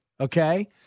okay